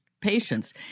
patients